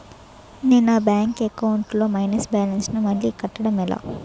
నేను నా bank account లొ మైనస్ బాలన్స్ ను మళ్ళీ కట్టడం ఎలా?